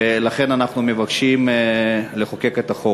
ולכן אנחנו מבקשים לחוקק את החוק.